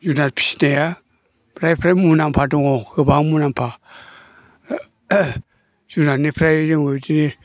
जुनाद फिनाया फ्राय फ्राय मुलाम्फा दङ गोबां मुलाम्फा जुनादनिफ्राय जोंबो इदिनो